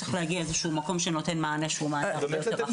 צריך להגיע לאיזה שהוא מקום שנותן מענה שהוא מענה הרבה יותר רחב.